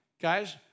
Guys